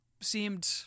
seemed